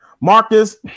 Marcus